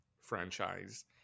franchise